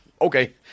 Okay